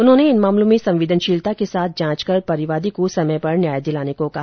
उन्होंने इन मामलों में संवेदनशीलता के साथ जांच कर परिवादी को समय पर न्याय दिलाने को कहा